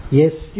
yes